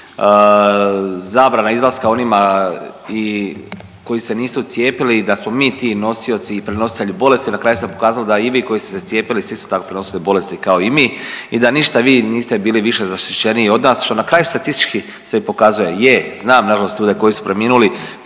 zabrana izlaska onima i koji se nisu cijepili da smo mi ti nosioci i prenositelji bolesti i na kraju se pokazalo da i vi koji ste se cijepili ste isto tako prenosili bolesti kao i mi i da ništa vi niste bili više zaštićeniji od nas, što na kraju statistički se i pokazuje. Je, znam nažalost ljude koji su preminuli,